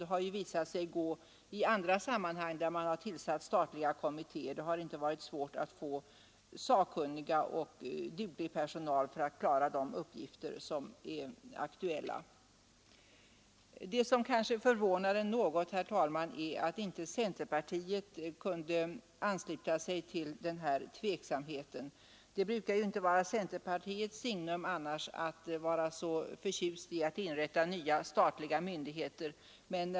Det har ju visat sig i andra sammanhang där det tillsatts statliga kommittéer att det inte varit svårt att få sakkunnig och duglig personal för att klara aktuella uppgifter. Det som kanske förvånar något, herr talman, är att centerpartiet inte kunde ansluta sig till reservationen. Det brukar ju annars inte vara centerpartiets signum att vara så förtjust i att inrätta nya statliga myndigheter.